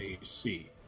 AC